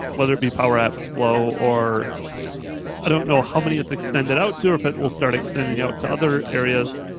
whether it be powerapps flow, or i don't know how many it's extended out to, or if it will start extending out to other areas.